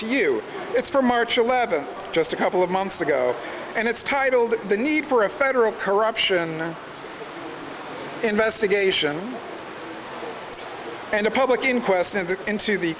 to you it's from march eleventh just a couple of months ago and it's titled the need for a federal corruption investigation and a public inquest into into the